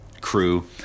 crew